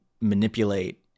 manipulate